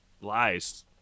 lies